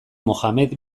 mohamed